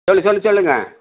சொல் சொல் சொல்லுங்கள்